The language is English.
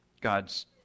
God's